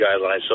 guidelines